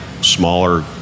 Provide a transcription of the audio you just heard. smaller